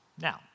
Now